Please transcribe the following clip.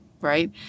right